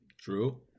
True